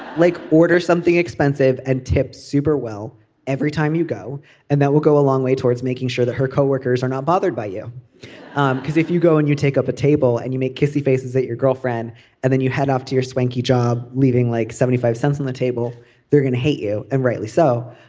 like order something expensive and tip super well every time you go and that will go a long way towards making sure that her co-workers are not bothered by you because if you go and you take up a table and you make kissy face is that your girlfriend and then you head off to your swanky job leading like seventy five cents on the table they're going to hate you and rightly so.